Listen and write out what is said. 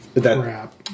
Crap